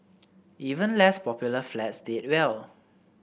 even less popular flats did well